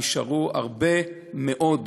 נשארו הרבה מאוד,